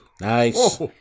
nice